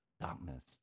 darkness